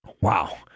Wow